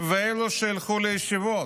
ואלו שילכו לישיבות.